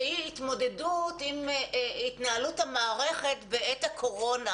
שהיא התמודדות עם התנהלות המערכת בעת הקורונה,